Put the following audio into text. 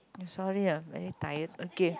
I am sorry I'm very tired okay